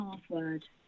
password